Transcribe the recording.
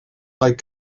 like